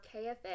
KFA